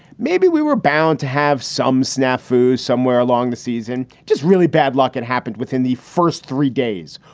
maybe we were bound to have some snafu somewhere along the season. just really bad luck. it happened within the first three days.